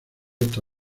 esta